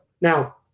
now